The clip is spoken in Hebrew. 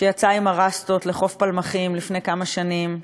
שיצאה עם הרסטות לחוף פלמחים לפני כמה שנים,